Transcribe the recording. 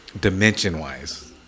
dimension-wise